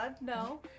No